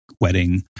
wedding